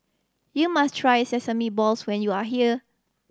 you must try sesame balls when you are here